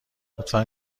لطفا